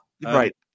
Right